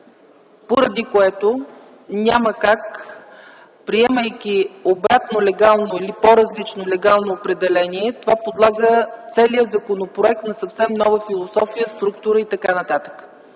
поради което няма как, приемайки обратно легално или по-различно легално определение това подлага целият законопроект на съвсем нова философия, структура и така нататък.